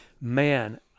man